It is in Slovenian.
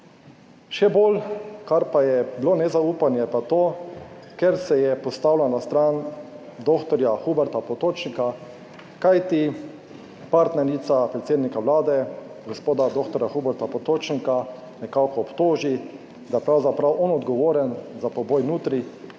Še bolj, kar pa je bilo nezaupanje pa to, ker se je postavila na stran dr. Huberta Potočnika, kajti partnerica predsednika vlade gospoda dr. Huberta Potočnika nekako obtoži, da je pravzaprav on odgovoren za poboj nutrij,